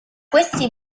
questi